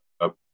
up